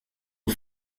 aux